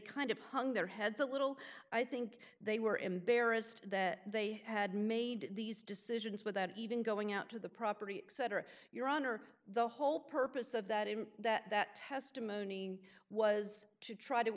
kind of hung their heads a little i think they were embarrassed that they had made these decisions without even going out to the property etc your honor the whole purpose of that in that testimony was to try to